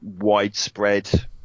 widespread